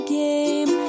game